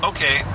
Okay